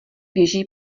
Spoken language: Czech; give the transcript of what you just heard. běží